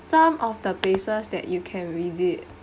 some of the places that you can visit